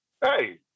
hey